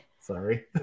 Sorry